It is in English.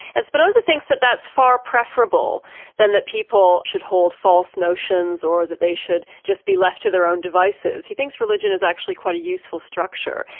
and spinoza thinks that that's far preferable than that people should hold false notions or that they should just be left to their own devices, he thinks religion is actually quite a useful structure,